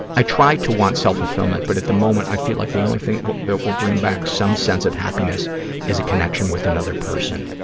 i try to want self-fulfillment, but at the moment i feel like the only thing that will bring back some sense of happiness is a connection with another person.